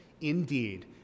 indeed